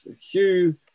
Hugh